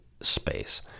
space